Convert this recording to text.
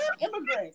immigrants